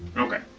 okay.